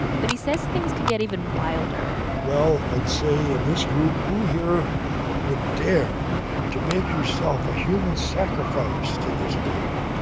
but he says things could get even wilder. well, i'd say in this group, who here would dare to make yourself a human sacrifice to this bear?